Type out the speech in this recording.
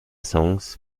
songs